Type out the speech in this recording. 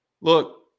look